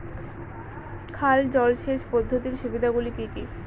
খাল জলসেচ পদ্ধতির সুবিধাগুলি কি কি?